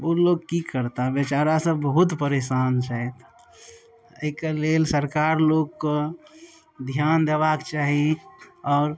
ओ लोक कि करताह बेचारा सब बहुत परेशान छथि एहिके लेल सरकार लोकके धिआन देबाके चाही आओर